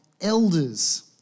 elders